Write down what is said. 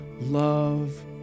love